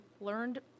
learned